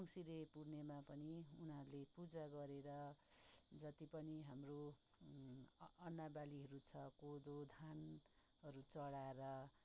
मङ्सिरे पूर्णिमा पनि उनीहरूले पूजा गरेर जति पनि हाम्रो अन्नबालीहरू छ कोदो धानहरू चढाएर